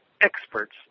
experts